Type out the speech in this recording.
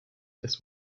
this